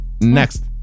Next